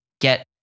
get